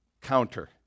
counter